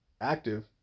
active